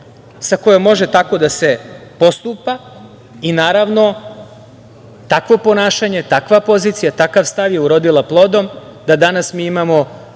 sa kojom može tako da se postupa i naravno takvo ponašanje, takva pozicija, takav stav je urodila plodom da danas mi imamo